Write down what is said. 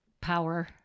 power